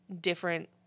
different